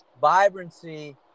vibrancy